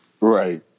Right